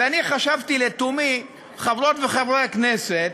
וחשבתי לתומי, חברות וחברי הכנסת,